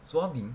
swabbing